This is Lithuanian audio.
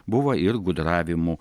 buvo ir gudravimų